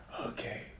Okay